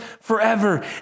forever